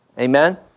Amen